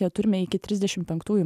ją turime iki trisdešim penktųjų